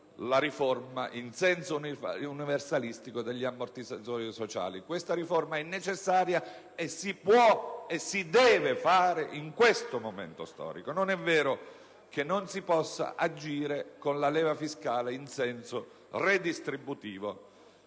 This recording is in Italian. la riforma in senso universalistico degli ammortizzatori sociali: questa riforma è necessaria e si può e si deve realizzare in questo momento storico. Non è vero che non si possa agire con la leva fiscale in senso redistributivo,